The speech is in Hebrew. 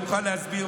אני מוכן להסביר,